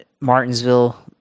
martinsville